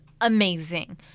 amazing